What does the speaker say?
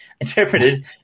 interpreted